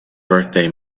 birthday